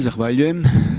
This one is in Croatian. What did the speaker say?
Zahvaljujem.